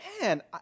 man